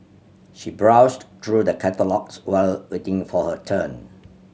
she browsed through the catalogues while waiting for her turn